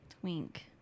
Twink